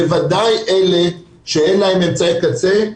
בוודאי אלה שאין להם אמצעי קצה,